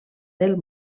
del